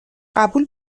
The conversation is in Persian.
قبول